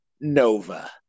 Nova